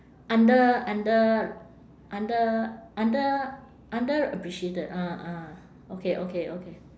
under~ under~ under~ under~ underappreciated ah ah okay okay okay